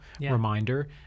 reminder